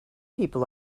people